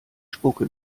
spucke